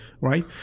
Right